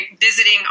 visiting